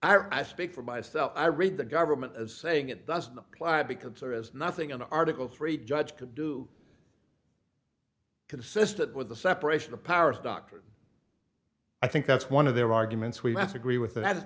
i speak for myself i read the government as saying it doesn't apply because there is nothing in article three judge could do consistent with the separation of powers doctrine i think that's one of their arguments we have to agree with th